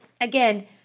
Again